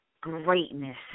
greatness